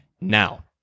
Now